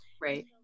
Right